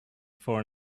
for